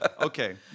Okay